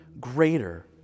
greater